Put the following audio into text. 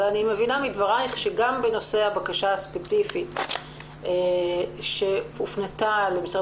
אני מבינה מדברייך שגם בנושא הבקשה הספציפית שהופנתה למשרד